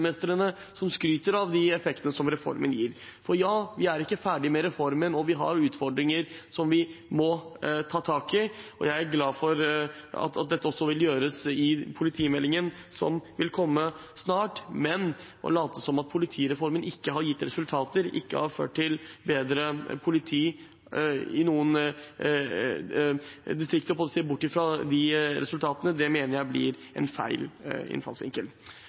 politimestrene som skryter av de effektene reformen gir. Vi er ikke ferdig med reformen, vi har utfordringer som vi må ta tak i, og jeg er glad for at dette også vil gjøres i politimeldingen, som vil komme snart, men å late som om politireformen ikke har gitt resultater, ikke har ført til bedre politi i noen distrikter – å se bort fra de resultatene – mener jeg blir en feil innfallsvinkel.